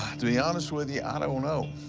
to be honest with you, i don't know.